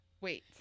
wait